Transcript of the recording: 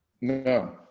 no